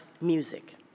music